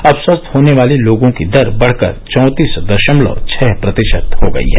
अब स्वस्थ होने वाले लोगों की दर बढ़कर चौंतीस दशमलव छह प्रतिशत हो गई है